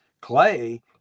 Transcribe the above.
clay